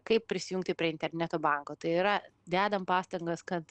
kaip prisijungti prie interneto banko tai yra dedam pastangas kad